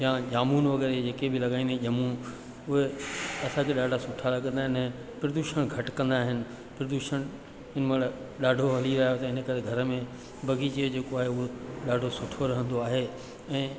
या जामुन वग़ैरह जेके बि लॻाईंदा आहियूं ॼमूं उहे असांखे ॾाढा सुठा लॻंदा आहिनि ऐं प्रदूषण घटि कंदा आहिनि प्रदूषण हिन महिल ॾाढो हली आहियो त इन करे घर में बाग़ीचे जो जेको आहे उहो ॾाढो सुठो रहंदो आहे ऐं